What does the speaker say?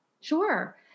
Sure